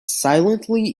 silently